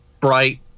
bright